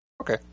okay